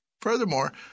Furthermore